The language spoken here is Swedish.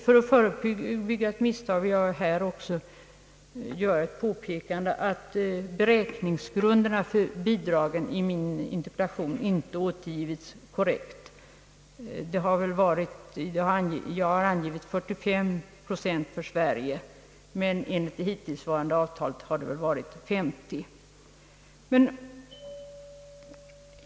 För att förebygga ett misstag vill jag här också gärna påpeka att beräkningsgrunderna för bidragen i min interpellation inte återgivits korrekt. Jag har angivit 45 procent för Sverige men enligt det hittillsvarande avtalet har det varit 50 procent.